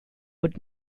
would